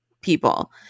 people